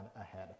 ahead